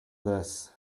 this